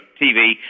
TV